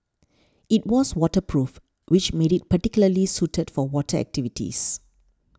it was waterproof which made it particularly suited for water activities